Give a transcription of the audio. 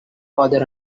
father